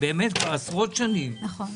עשרות שנים,